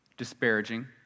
disparaging